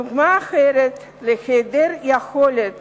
דוגמה אחרת להיעדר יכולת